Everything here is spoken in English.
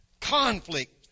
conflict